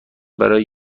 برای